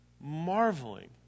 marveling